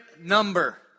number